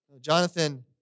Jonathan